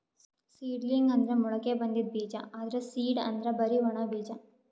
seedling ಅಂದ್ರ ಮೊಳಕೆ ಬಂದಿದ್ ಬೀಜ, ಆದ್ರ್ ಸೀಡ್ ಅಂದ್ರ್ ಬರಿ ಒಣ ಬೀಜ